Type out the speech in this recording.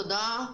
תודה.